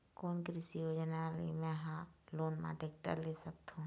कोन कृषि योजना ले मैं हा लोन मा टेक्टर ले सकथों?